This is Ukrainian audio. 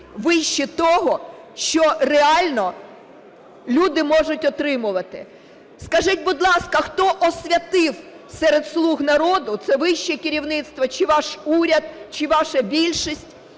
вище того, що реально люди можуть отримувати. Скажіть, будь ласка, хто "освятив" серед "слуг народу" – це вище керівництво, чи ваш уряд, чи ваша більшість